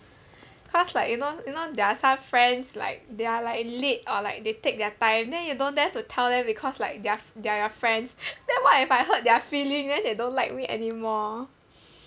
cause like you know you know there are some friends like they're like late or like they take their time then you don't dare to tell them because like they're f~ they're your friends then if I hurt their feeling then they don't like me anymore